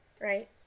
Right